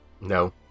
no